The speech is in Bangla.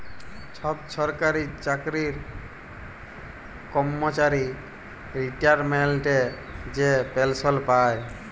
ছব সরকারি চাকরির কম্মচারি রিটায়ারমেল্টে যে পেলসল পায়